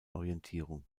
orientierung